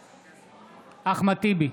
בעד אחמד טיבי,